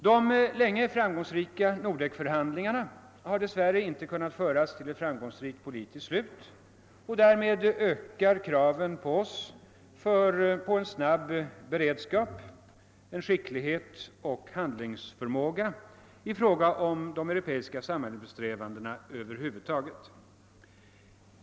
De länge framgångsrika Nordekförhandlingarna har dess värre inte kunnat föras till ett framgångsrikt politiskt slut, och därmed ökar kraven på oss när det gäller snabb beredskap, skicklighet och förhandlingsförmåga i fråga om de europeiska samarbetssträvandena över huvud taget.